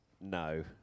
no